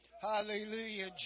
Hallelujah